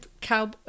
Cow